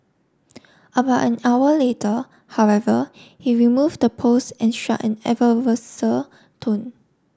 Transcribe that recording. about an hour later however he removed the post and struck an adversarial tone